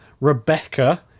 Rebecca